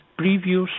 Previous